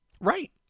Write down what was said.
Right